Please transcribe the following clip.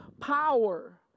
power